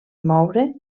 moure